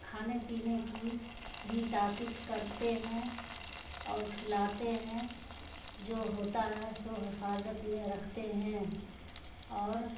کھانے پینے کی بھی طاقت کرتے ہیں اور کھلاتے ہیں جو ہوتا ہے سو حفاظت میں رکھتے ہیں اور